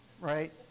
right